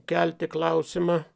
kelti klausimą